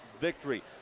victory